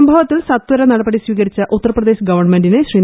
സംഭവത്തിൽ സത്വര നടപടി സ്വീകരിച്ച ഉത്തർപ്രദേശ് ഗവൺമെന്റിനെ ശ്രീ